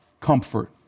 comfort